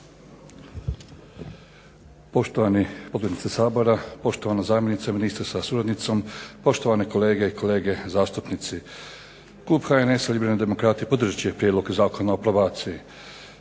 Poštovani potpredsjedniče Sabora, poštovana zamjenica ministra sa suradnicom, poštovane kolege i kolege zastupnici. Klub HNS-a liberalni demokrati podržat će prijedlog Zakona o probaciji.